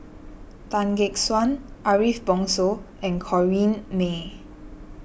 Tan Gek Suan Ariff Bongso and Corrinne May